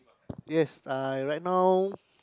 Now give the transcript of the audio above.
yes I right now